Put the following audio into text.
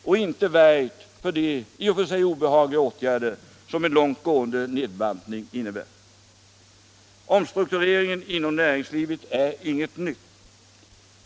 De har inte väjt för de i och för sig obehagliga åtgärder som en långtgående nedbantning innebär. Omstrukturering inom näringslivet är inget nytt.